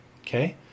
okay